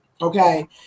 okay